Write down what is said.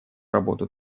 работу